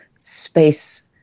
space